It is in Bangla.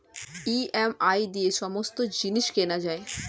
ই.এম.আই দিয়ে সমস্ত জিনিস কেনা যায়